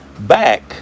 back